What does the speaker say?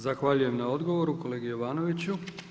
Zahvaljujem na odgovoru kolegi Jovanoviću.